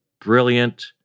brilliant